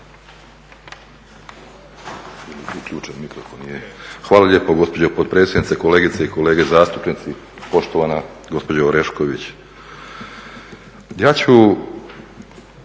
Hvala lijepo gospođo potpredsjednice, kolegice i kolege zastupnici, poštovana gospođo Orešković. Ja ću